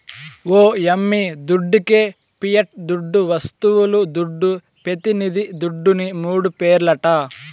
ఓ యమ్మీ దుడ్డికే పియట్ దుడ్డు, వస్తువుల దుడ్డు, పెతినిది దుడ్డుని మూడు పేర్లట